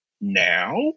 now